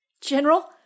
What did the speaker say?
General